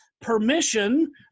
permission